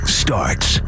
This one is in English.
starts